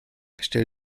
stell